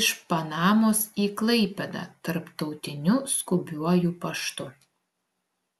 iš panamos į klaipėdą tarptautiniu skubiuoju paštu